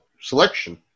selection